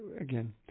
again